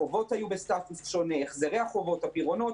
החובות היו בסטטוס שונה, החזרי החובות, הפירעונות.